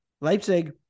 Leipzig